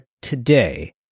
today